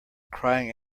crying